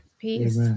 Peace